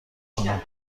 کنم